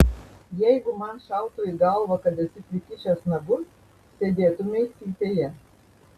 jeigu man šautų į galvą kad esi prikišęs nagus sėdėtumei cypėje